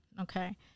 Okay